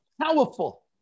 powerful